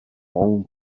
own